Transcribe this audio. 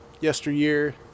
yesteryear